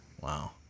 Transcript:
Wow